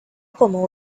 como